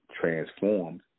transformed